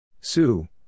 Sue